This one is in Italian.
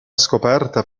scoperta